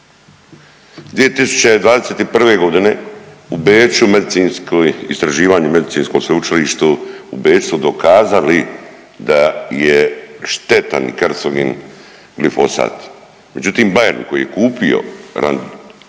2021. g. u Beču, medicinsko istraživanje, medicinsko sveučilištu u Beču su dokazali da je štetan, karcogen glifosat. Međutim, Bayer koji je kupio Roundup